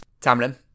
Tamlin